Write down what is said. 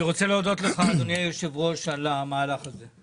אני רוצה להודות לך, אדוני היו"ר, על המהלך הזה.